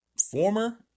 former